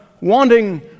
wanting